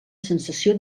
sensació